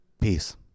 Peace